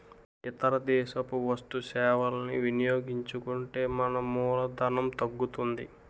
ఇతర దేశపు వస్తు సేవలని వినియోగించుకుంటే మన మూలధనం తగ్గుతుంది